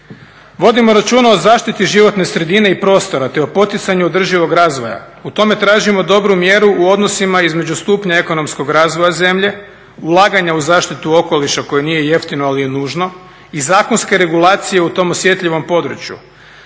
Vodimo računa o zaštiti životne sredine i prostora te o poticanju održivog razvoja. U tome tražimo dobru mjeru u odnosima između stupnja ekonomskog razvoja zemlje, ulaganja u zaštitu okoliša koje nije jeftino ali je nužno i zakonske regulacije u tom osjetljivom području.